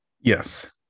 Yes